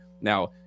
Now